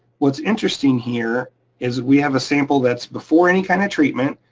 what's interesting here is we have a sample that's before any kind of treatment.